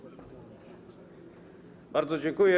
Bardzo dziękuję.